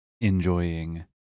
enjoying